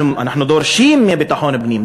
אנחנו דורשים מביטחון הפנים,